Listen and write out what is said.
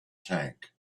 tank